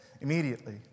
immediately